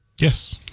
Yes